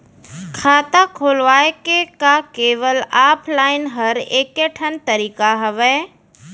खाता खोलवाय के का केवल ऑफलाइन हर ऐकेठन तरीका हवय?